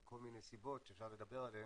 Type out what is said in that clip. מכל מיני סיבות שאפשר לדבר עליהן,